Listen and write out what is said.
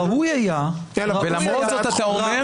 ראוי היה --- ולמרות זאת אתה אומר,